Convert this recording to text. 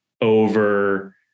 over